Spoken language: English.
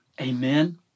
Amen